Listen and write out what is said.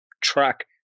Track